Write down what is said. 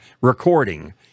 recording